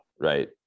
right